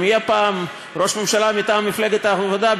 אם יהיה פעם ראש ממשלה מטעם מפלגת העבודה,